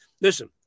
listen